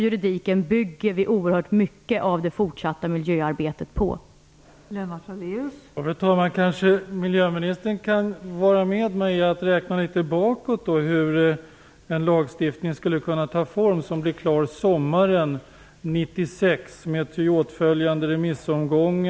Vi bygger trots allt oerhört mycket av det fortsatta miljöarbetet på lagstiftningen på området.